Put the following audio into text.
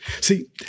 See